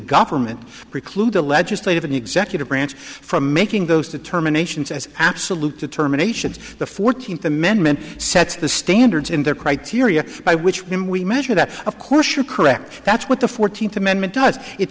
government preclude the legislative and executive branch from making those determinations as absolute determinations the fourteenth amendment sets the standards in their criteria by which when we measure that of course you're correct that's what the fourteenth amendment